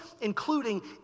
including